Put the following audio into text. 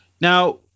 Now